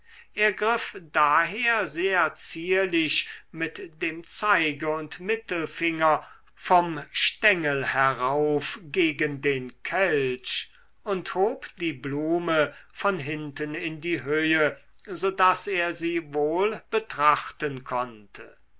er griff daher sehr zierlich mit dem zeige und mittelfinger vom stengel herauf gegen den kelch und hob die blume von hinten in die höhe so daß er sie wohl betrachten konnte